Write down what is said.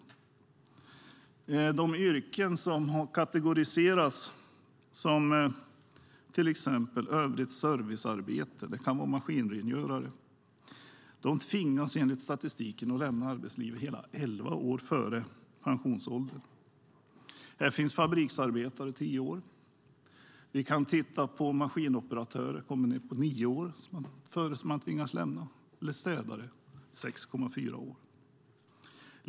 De som arbetar inom yrken som har kategoriserats som till exempel övrigt servicearbete - det kan vara maskinrengörare - tvingas enligt statistiken att lämna arbetslivet hela elva år före pensionsåldern. Där finns fabriksarbetare som lämnar tio år före. Vi kan titta på maskinoperatörer. Då visar statistiken att man kommer ned på nio år före pensionsåldern som de tvingas lämna sitt arbete, eller städare 6,4 år.